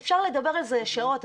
אפשר לדבר על זה שעות,